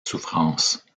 souffrances